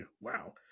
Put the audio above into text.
wow